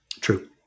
true